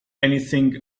anything